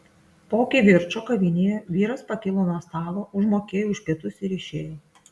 po kivirčo kavinėje vyras pakilo nuo stalo užmokėjo už pietus ir išėjo